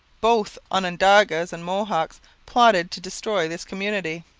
both onondagas and mohawks plotted to destroy this community.